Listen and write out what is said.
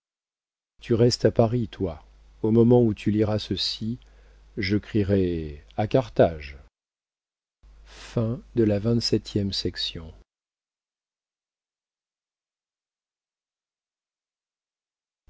tu restes à paris toi au moment où tu liras ceci je crierai a carthage